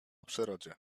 przyrodzie